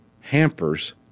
hampers